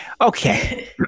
Okay